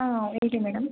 ಹಾಂ ಹೇಳಿ ಮೇಡಮ್